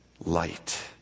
light